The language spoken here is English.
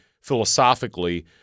philosophically